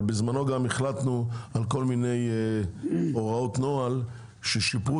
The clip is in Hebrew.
בזמנו גם החלטנו על כל מיני הוראות נוהל ששיפרו